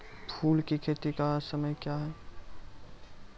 फुल की खेती का समय क्या हैं?